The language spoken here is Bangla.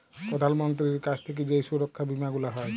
প্রধাল মন্ত্রীর কাছ থাক্যে যেই সুরক্ষা বীমা গুলা হ্যয়